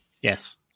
Yes